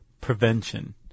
prevention